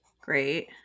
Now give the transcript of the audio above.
Great